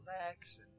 relax